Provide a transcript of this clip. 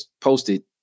posted